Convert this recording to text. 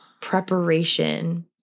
preparation